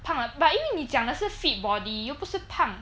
胖 ah but 因为你讲的是 fit body 又不是胖